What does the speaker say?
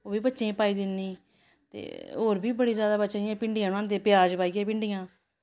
ओह् बी बच्चें गी पाई दिन्नी ते होर बी बड़े ज्यादा बच्चे जियां भिंडियां बनांदे प्याज पाइयै भिंडियां